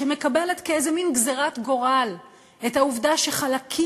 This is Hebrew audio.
מקבלת כאיזה מין גזירת גורל את העובדה שחלקים